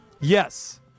Yes